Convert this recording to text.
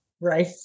right